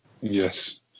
Yes